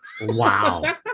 wow